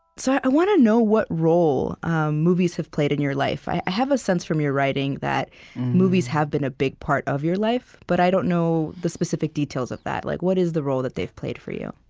so i want to know what role movies have played in your life. i have a sense from your writing that movies have been a big part of your life, but i don't know the specific details of that. like what is the role that they've played for you?